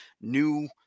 new